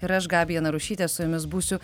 ir aš gabija narušytė su jumis būsiu